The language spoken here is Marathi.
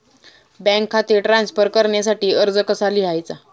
बँक खाते ट्रान्स्फर करण्यासाठी अर्ज कसा लिहायचा?